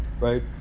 Right